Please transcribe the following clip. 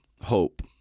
hope